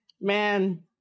Man